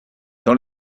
dans